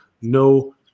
No